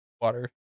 water